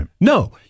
No